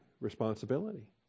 responsibility